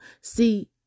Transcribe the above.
see